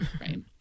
right